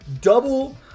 double